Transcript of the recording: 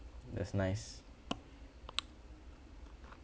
that's nice